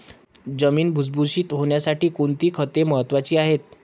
जमीन भुसभुशीत होण्यासाठी कोणती खते महत्वाची आहेत?